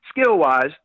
skill-wise